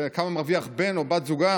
שבודק כמה מרוויח בן או בת הזוג,